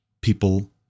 people